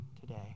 Today